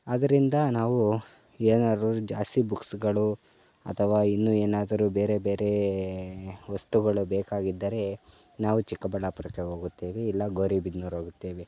ಆದರಿಂದ ನಾವು ಏನಾರು ಜಾಸ್ತಿ ಬುಕ್ಸ್ಗಳು ಅಥವಾ ಇನ್ನು ಏನಾದರು ಬೇರೆ ಬೇರೆ ವಸ್ತುಗಳು ಬೇಕಾಗಿದ್ದರೆ ನಾವು ಚಿಕ್ಕಬಳ್ಳಾಪುರಕ್ಕೆ ಹೋಗುತ್ತೇವೆ ಇಲ್ಲ ಗೌರಿಬಿದನೂರು ಹೋಗುತ್ತೇವೆ